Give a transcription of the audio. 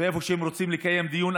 ואיפה שהם רוצים לקיים דיון,